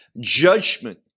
Judgment